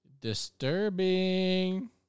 Disturbing